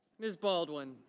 ms. baldwin.